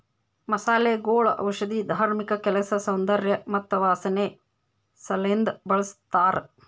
ಮಸಾಲೆಗೊಳ್ ಔಷಧಿ, ಧಾರ್ಮಿಕ ಕೆಲಸ, ಸೌಂದರ್ಯ ಮತ್ತ ವಾಸನೆ ಸಲೆಂದ್ ಬಳ್ಸತಾರ್